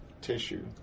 tissue